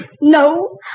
No